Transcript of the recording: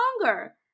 longer